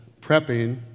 prepping